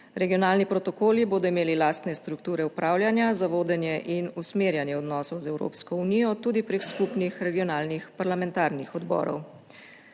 Regionalni protokoli bodo imeli lastne strukture upravljanja za vodenje in usmerjanje odnosov z Evropsko unijo tudi prek skupnih regionalnih parlamentarnih odborov.